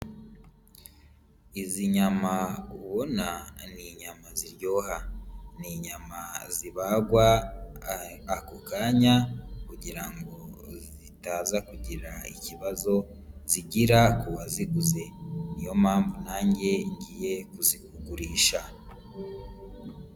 Izi nyama ubona ni inyama ziryoha, ni inyama zibagwa ako kanya kugira ngo zitaza kugira ikibazo zigira uwaziguze, niyo mpamvu nanjye ngiye kuzikugurisha.